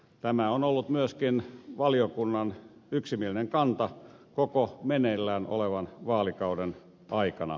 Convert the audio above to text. tämä on ollut myöskin valiokunnan yksimielinen kanta koko meneillään olevan vaalikauden aikana